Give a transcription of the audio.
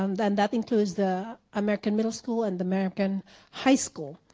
and and that includes the american middle school and american high school.